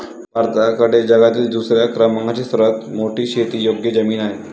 भारताकडे जगातील दुसऱ्या क्रमांकाची सर्वात मोठी शेतीयोग्य जमीन आहे